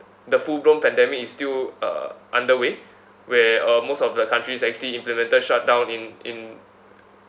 the full blown pandemic is still uh under way where uh most of the countries actually implemented shutdown in in